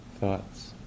thoughts